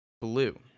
Blue